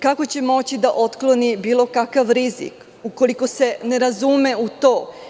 Kako će moći da otkloni bilo kakav rizik ukoliko se ne razume u to?